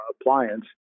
appliance